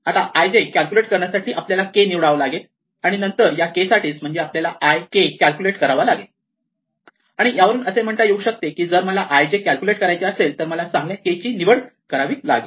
आता i j calculate करण्यासाठी आपल्याला K निवडावा लागेल आणि नंतर या K साठी म्हणजेच आपल्याला i k कॅल्क्युलेट करावा लागेल आणि यावरून असे म्हणता येऊ शकते की जर मला i j कॅल्क्युलेट करायचे असेल तर मला चांगल्या K ची निवड करावी लागेल